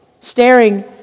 Staring